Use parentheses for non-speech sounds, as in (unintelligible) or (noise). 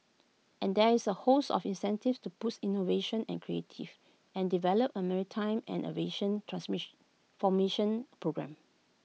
and there is A host of incentives to boost innovation and creative and develop A maritime and aviation (unintelligible) formation programme